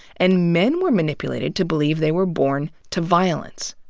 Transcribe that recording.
and men were manipulated to believe they were born to violence.